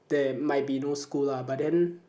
there might be no school lah but then